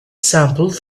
sampled